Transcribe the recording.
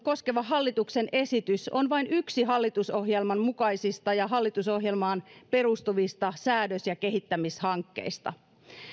koskeva hallituksen esitys on vain yksi hallitusohjelman mukaisista ja hallitusohjelmaan perustuvista säädös ja kehittämishankkeista